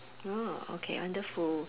oh okay wonderful